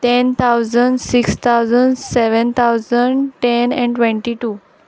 ten thousand six thousand seven thousand ten and twenty two